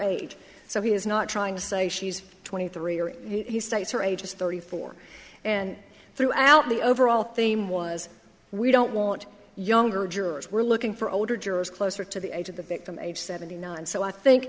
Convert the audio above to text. age so he is not trying to say she's twenty three or he states her age is thirty four and throughout the overall theme was we don't want younger jurors we're looking for older jurors closer to the age of the victim age seventy nine and so i think